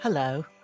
Hello